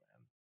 man